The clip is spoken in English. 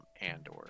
Andor